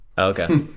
Okay